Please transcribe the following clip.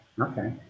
Okay